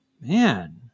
Man